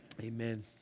Amen